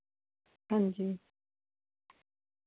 ਹਾਂਜੀ